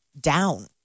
down